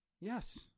Yes